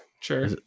sure